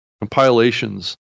compilations